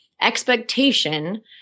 expectation